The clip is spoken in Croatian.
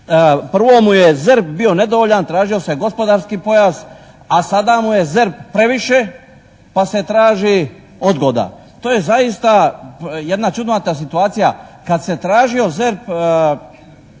Prvo mu je ZERP bio nedovoljan, tražio se gospodarski pojas. A sada mu je ZERP previše pa se traži odgoda. To je zaista jedna čudnovata situacija. Kad se tražio ZERP